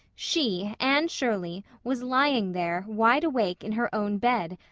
she, anne shirley, was lying there, wide awake, in her own bed,